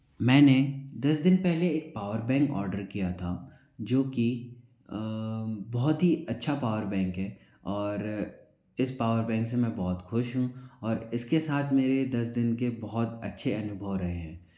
मैंने दस दिन पहले एक पावर बैंक आर्डर किया था जो कि बहुत ही अच्छा पावर बैंक है और इस पावर बैंक से मैं बहुत खुश हूँ और इसके साथ मेरे दस दिन के बहुत अच्छे अनुभव रहे हैं